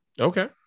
Okay